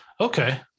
Okay